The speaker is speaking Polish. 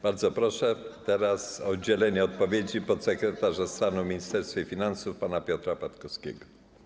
Bardzo proszę teraz o udzielenie odpowiedzi podsekretarza stanu w Ministerstwie Finansów pana Piotra Patkowskiego.